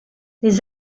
les